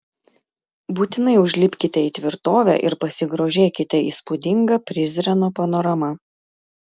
būtinai užlipkite į tvirtovę ir pasigrožėkite įspūdinga prizreno panorama